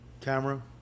camera